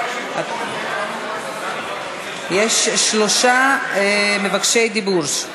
יש שלושה מבקשי דיבור.